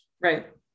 Right